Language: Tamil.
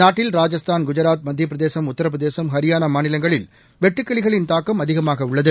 நாட்டில் ராஜஸ்தான் குஜராத் மத்தியப்பிரதேசம் உத்தரபிரதேசம் ஹரியாளா மாநிலங்களில் வெட்டுக்கிளிகளின் தாக்கம் அதிகமாக உள்ளது